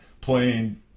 playing